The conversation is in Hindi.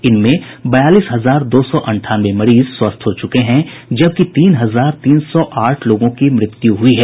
इनमें बयालीस हजार दो सौ अंठानवे मरीज स्वस्थ हो चुके हैं जबकि तीन हजार तीन सौ आठ लोगों की मृत्यु हुई है